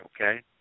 okay